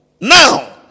now